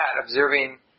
observing